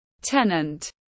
Tenant